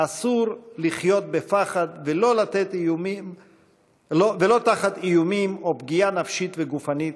אסור לחיות בפחד ולא תחת איומים או פגיעה נפשית וגופנית,